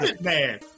man